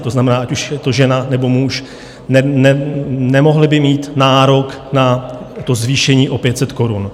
To znamená, ať už je to žena, nebo muž, nemohli by mít nárok na to zvýšení o 500 korun.